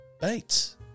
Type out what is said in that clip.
Bates